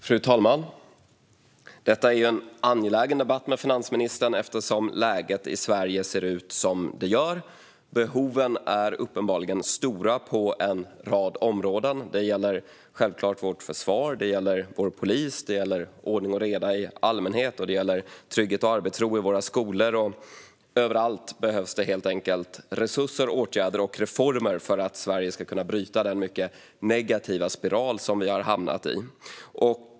Fru talman! Detta är en angelägen debatt med finansministern eftersom läget i Sverige ser ut som det gör. Behoven är uppenbarligen stora på en rad områden. Det gäller självklart vårt försvar, vår polis, ordning och reda i allmänhet och trygghet och arbetsro i våra skolor. Det behövs helt enkelt resurser, åtgärder och reformer överallt för att Sverige ska kunna bryta den mycket negativa spiral som vi har hamnat i.